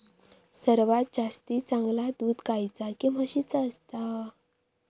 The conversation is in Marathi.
सर्वात जास्ती चांगला दूध गाईचा की म्हशीचा असता?